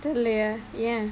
தெரிலயேயே ஏன்:therilayae yaen